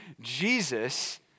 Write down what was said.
Jesus